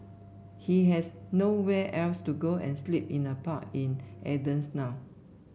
he has nowhere else to go and sleep in a park in Athens now